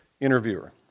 Interviewer